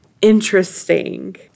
interesting